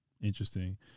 Interesting